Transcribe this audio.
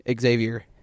Xavier